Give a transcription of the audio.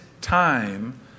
time